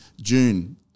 June